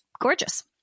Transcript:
gorgeous